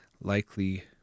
likely